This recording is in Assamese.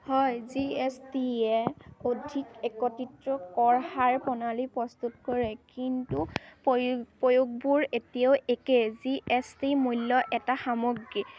হয় জি এছ টিয়ে অধিক একত্ৰিত কৰ হাৰ প্ৰণালী প্ৰস্তুত কৰে কিন্তু প্ৰয়োগ প্ৰয়োগবোৰ এতিয়াও একেই জি এছ টি মূল্য এটা সামগ্ৰী